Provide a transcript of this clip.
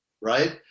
Right